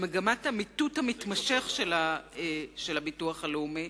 למגמת המיטוט המתמשך של הביטוח הלאומי,